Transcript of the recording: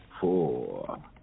Four